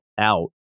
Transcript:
out